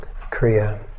Kriya